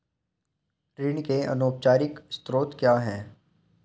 ऋण के अनौपचारिक स्रोत क्या हैं?